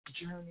journey